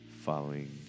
following